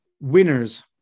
winners